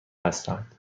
هستند